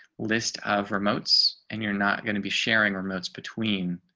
list of remotes and you're not going to be sharing remotes between